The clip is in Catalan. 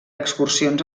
excursions